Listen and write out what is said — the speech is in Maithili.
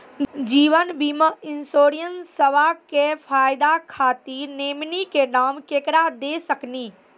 जीवन बीमा इंश्योरेंसबा के फायदा खातिर नोमिनी के नाम केकरा दे सकिनी?